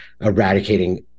Eradicating